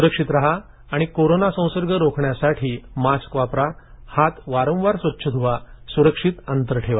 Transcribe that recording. सुरक्षित राहा आणि कोरोना संसर्ग रोखण्यासाठी मास्क वापरा हात वारंवार स्वच्छ धुवा सुरक्षित अंतर ठेवा